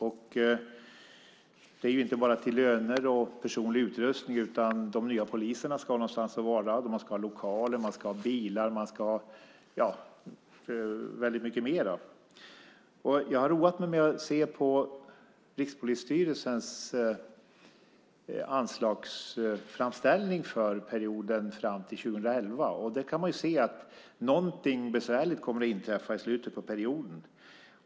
Det behövs inte bara pengar till löner och personlig utrustning, utan de nya poliserna ska också ha någonstans att vara. De ska ha lokaler, bilar och mycket mer. Jag har roat mig med att se på Rikspolisstyrelsens anslagsframställning för perioden fram till 2011. Där kan man se att någonting besvärligt kommer att inträffa i slutet på perioden.